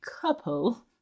couple